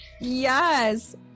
Yes